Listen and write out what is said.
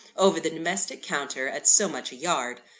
over the domestic counter, at so much a yard.